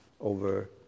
over